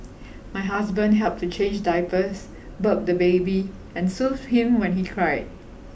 my husband helped to change diapers burp the baby and soothe him when he cried